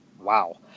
Wow